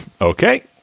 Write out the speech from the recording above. Okay